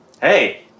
hey